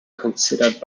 considered